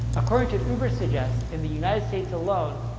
according to uber suggest, in the united states alone,